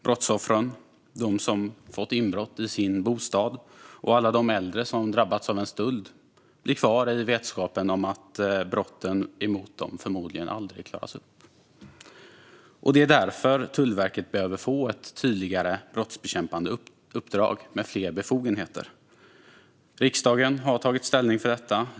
Brottsoffren, de som fått inbrott i sin bostad och alla de äldre som drabbats av en stöld, blir kvar i vetskapen om att brotten mot dem förmodligen aldrig klaras upp. Det är därför Tullverket behöver få ett tydligare brottsbekämpande uppdrag med fler befogenheter. Riksdagen har tagit ställning för detta.